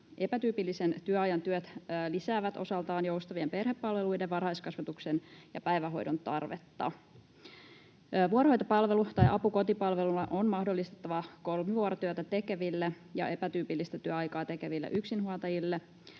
Epätyypillisen työajan työt lisäävät osaltaan joustavien perhepalveluiden, varhaiskasvatuksen ja päivähoidon tarvetta. Vuorohoitopalvelu tai apu kotipalveluna on mahdollistettava kolmivuorotyötä tekeville ja epätyypillistä työaikaa tekeville yksinhuoltajille.